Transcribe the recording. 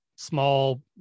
small